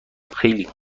خیلی